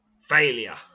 Failure